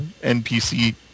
NPC